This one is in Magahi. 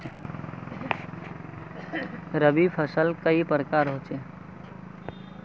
रवि फसल कई प्रकार होचे?